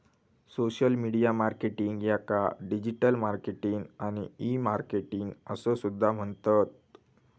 social media marketing याका digital marketing आणि e marketing असो सुद्धा म्हणतत